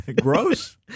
gross